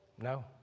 No